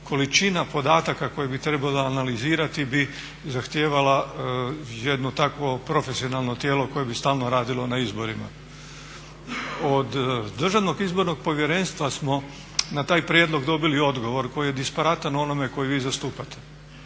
količina podataka koju bi trebala analizirati bi zahtijevala jednu takvo profesionalno tijelo koje bi stalno radilo na izborima. Od DIP-a smo na taj prijedlog dobili odgovor koji je disparatan onome koji vi zastupate.